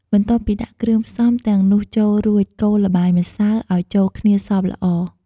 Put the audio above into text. បន្ទាប់់ពីដាក់គ្រឿងផ្សំទាំងនោះចូលរួច កូរល្បាយម្សៅឱ្យចូលគ្នាសព្វល្អ។